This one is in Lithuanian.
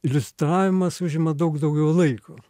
iliustravimas užima daug daugiau laiko